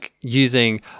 using